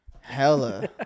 Hella